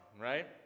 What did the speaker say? right